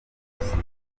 simukadi